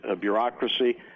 bureaucracy